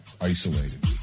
isolated